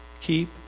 keep